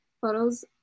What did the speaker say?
photos